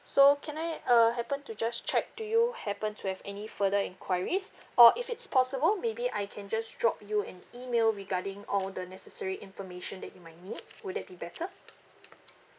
so can I uh happen to just check do you happen to have any further enquiries or if it's possible maybe I can just drop you an email regarding all the necessary information that you might need would that be better